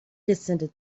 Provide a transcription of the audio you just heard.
descended